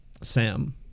Sam